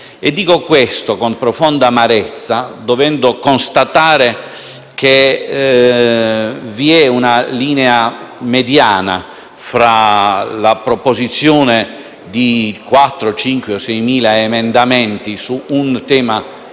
e dico questo con profonda amarezza, dovendo constatare che vi è una linea mediana tra la proposizione di 5.000 o 6.000 emendamenti su un tema così